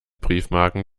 briefmarken